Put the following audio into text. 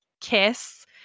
kiss